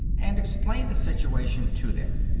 and explain the situation to them.